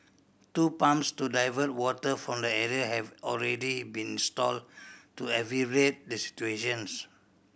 two pumps to divert water from the area have already been installed to alleviate the situations